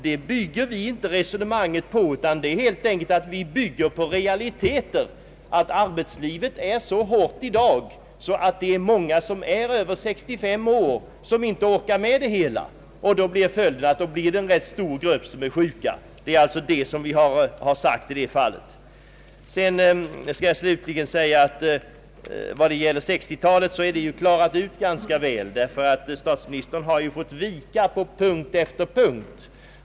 Det bygger vi inte vårt resonemang på, utan vi bygger på realiteten att arbetslivet är så hårt i dag att många människor som är över 65 år inte orkar med det. Följden blir att en ganska stor grupp av dessa människor är sjuka. Det är vad vi har sagt. Slutligen anser jag att diskussionen om 1960-talet är utklarad. Statsministern har ju fått vika på punkt efter punkt.